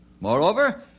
Moreover